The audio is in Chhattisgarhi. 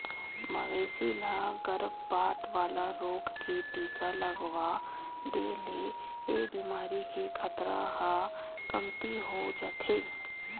मवेशी ल गरभपात वाला रोग के टीका लगवा दे ले ए बेमारी के खतरा ह कमती हो जाथे